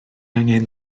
angen